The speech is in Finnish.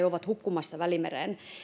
ovat hukkumassa välimereen